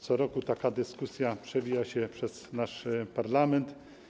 Co roku taka dyskusja przewija się przez nasz parlament.